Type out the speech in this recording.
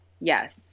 Yes